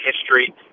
history